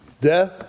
Death